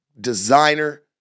designer